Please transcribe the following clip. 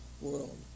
world